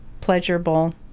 pleasurable